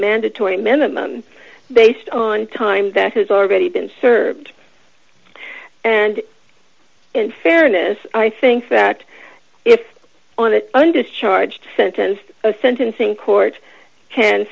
mandatory minimum based on time that has already been served and in fairness i think that if on the undischarged sentenced sentencing court can